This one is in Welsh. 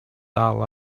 dal